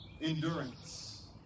Endurance